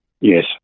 Yes